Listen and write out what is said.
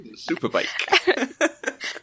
Superbike